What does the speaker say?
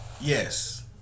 Yes